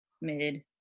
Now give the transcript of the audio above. mid